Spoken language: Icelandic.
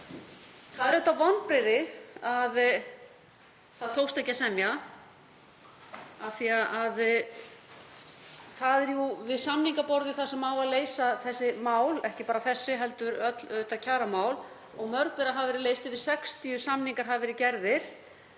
Það eru auðvitað vonbrigði að ekki tókst að semja af því að það er við samningaborðið sem á að leysa þessi mál, ekki bara þessi heldur öll kjaramál og mörg þeirra hafa verið leyst, yfir 60 samningar hafa verið gerðir